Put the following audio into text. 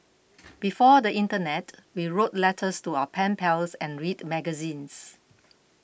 before the internet we wrote letters to our pen pals and read magazines